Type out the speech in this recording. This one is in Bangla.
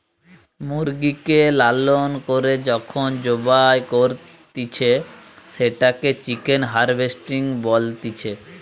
মুরগিকে লালন করে যখন জবাই করতিছে, সেটোকে চিকেন হার্ভেস্টিং বলতিছে